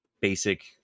basic